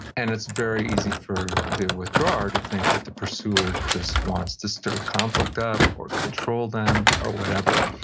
and it's very easy for the withdrawer to think that the pursuer just wants to stir conflict up, or control them, or whatever.